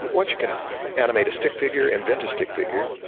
once you can animate a stick figure, invent a stick figure,